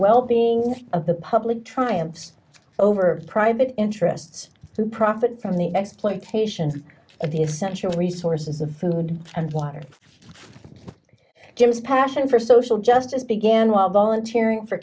wellbeing of the public triumphs over private interests to profit from the exploitation of the essential resources of food and water gems passion for social justice began while volunteering for